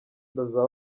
bazaba